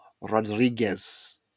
Rodriguez